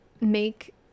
make